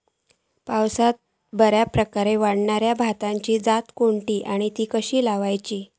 पावसात बऱ्याप्रकारे वाढणारी भाताची जात कसली आणि ती कशी लाऊची?